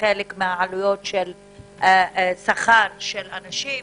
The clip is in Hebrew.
חלק מהעלויות של שכר של אנשים,